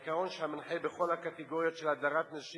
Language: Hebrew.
העיקרון שמנחה בכל הקטגוריות של הדרת נשים